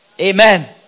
Amen